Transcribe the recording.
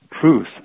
truth